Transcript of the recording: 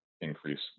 increase